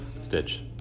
stitch